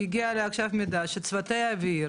כי הגיע אליי עכשיו מידע שצוותי אוויר,